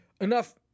Enough